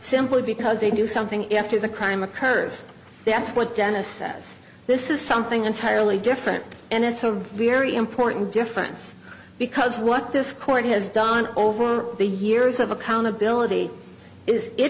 simply because they do something after the crime occurs that's what dennis says this is something entirely different and it's a very important difference because what this court has done over the years of accountability is i